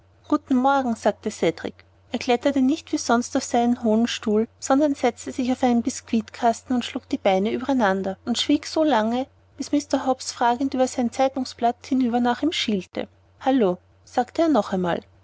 guten morgen sagte cedrik er kletterte nicht wie sonst auf seinen hohen stuhl sondern setzte sich auf einen biskuitkasten und schlug die beine übereinander und schwieg so lange bis mr hobbs fragend über sein zeitungsblatt hinüber nach ihm hinschielte hallo sagte er noch einmal